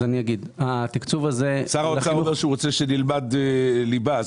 שר האוצר אומר הוא רוצה שנלמד לימודי ליבה.